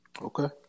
okay